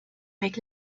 avec